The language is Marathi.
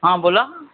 हां बोला